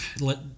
let